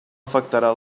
afectarà